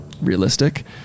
realistic